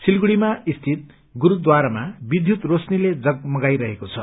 सिलीगुढ़ीमा स्थिति गुरूद्वारामा विध्यूत रोशनीले जगमगाइरहेको छ